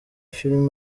filime